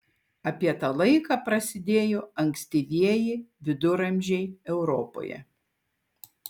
apie tą laiką prasidėjo ankstyvieji viduramžiai europoje